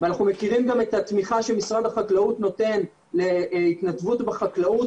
ואנחנו מכירים גם את התמיכה שמשרד החקלאות נותן להתנדבות בחקלאות.